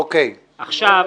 עכשיו,